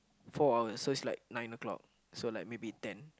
four hours so it's like nine o-clock so like maybe ten